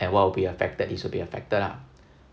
and what will be affected is will be affected ah